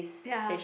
ya